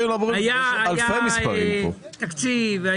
היה תקציב.